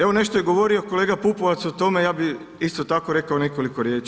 Evo, nešto je govorio kolega Pupovac o tome, ja bih isto tako rekao nekoliko riječi.